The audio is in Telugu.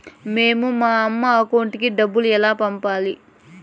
మేము మా అమ్మ అకౌంట్ కి డబ్బులు ఎలా పంపాలి